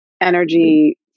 energy